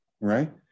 right